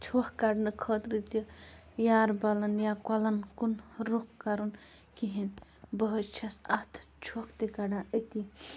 چھۄکھ کَڑنہٕ خٲطرٕ تہِ یاربَلَن یا کۄلَن کُن رُخ کَرُن کِہیٖنۍ بہٕ حظ چھس اَتھ چھۄکھ تہِ کَڑان أتی